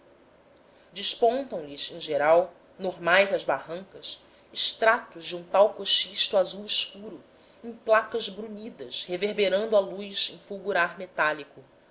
saara despontam lhes em geral normais às barrancas estratos de um talcoxisto azul escuro em placas brunidas reverberando a luz em fulgurar metálico